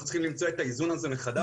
אנחנו צריכים למצוא את האיזון הזה מחדש,